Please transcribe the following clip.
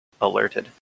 alerted